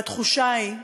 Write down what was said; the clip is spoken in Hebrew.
והתחושה היא,